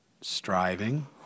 Striving